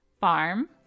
Farm